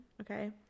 okay